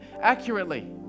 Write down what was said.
accurately